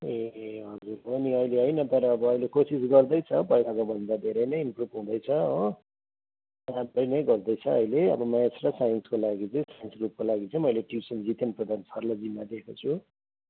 ए हजुर हो नि अहिले होइन तर अब अहिले कोसिस गर्दैछ पहिलाको भन्दा धेरै नै इम्प्रुभ हुँदैछ हो राम्रै नै गर्दैछ अहिले अब म्याथ्स र साइन्सको लागि चाहिँ साइन्स ग्रुपको लागि चाहिँ मैले ट्युसन जितेन प्रधान सरलाई जिम्मा दिएको छु